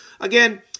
again